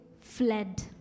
fled